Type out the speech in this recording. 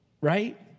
Right